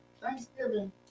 Thanksgiving